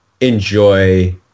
enjoy